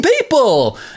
people